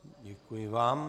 Děkuji vám.